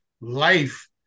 life